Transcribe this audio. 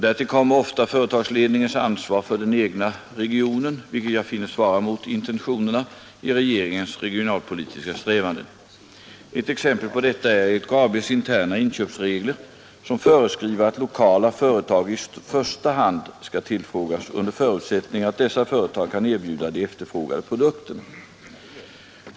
Därtill kommer ofta företagsledningens ansvar för den egna regionen, vilket jag finner svara mot intentionerna i regeringens regionalpolitiska strävanden. Ett exempel på detta är LKAB:s interna inköpsregler, som föreskriver att lokala företag i första hand skall tillfrågas under förutsättning att dessa företag kan erbjuda de efterfrågade produkterna.